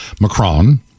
Macron